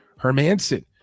Hermanson